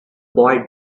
boy